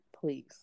please